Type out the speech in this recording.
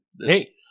Hey